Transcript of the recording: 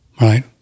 right